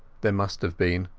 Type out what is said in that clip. there must have been,